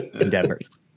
endeavors